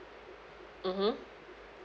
mmhmm